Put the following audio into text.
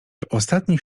ostatnich